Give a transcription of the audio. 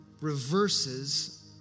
reverses